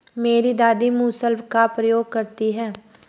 मेरी दादी मूसल का प्रयोग करती हैं